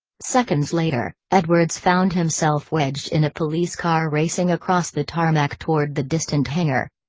seconds later, edwards found himself wedged in a police car racing across the tarmac toward the distant hangar.